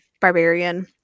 Barbarian